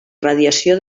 radiació